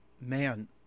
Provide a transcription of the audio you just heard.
Man